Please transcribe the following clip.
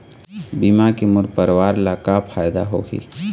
बीमा के मोर परवार ला का फायदा होही?